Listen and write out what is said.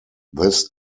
this